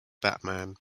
batman